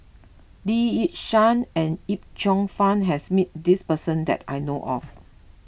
Lee Yi Shyan and Yip Cheong Fun has met this person that I know of